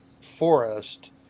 forest